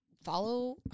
Follow